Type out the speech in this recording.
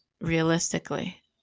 realistically